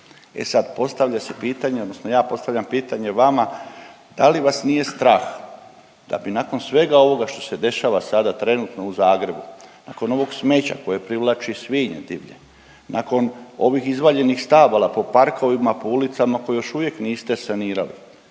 E sad, postavlja se pitanje odnosno ja postavljam pitanje vama, da li vas nije strah da bi nakon svega ovoga što se dešava sada trenutno u Zagrebu, nakon ovog smeća koje privlači svinje divlje, nakon ovih izvaljenih stabala po parkovima, po ulicama koje još uvijek niste sanirali,